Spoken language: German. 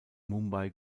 mumbai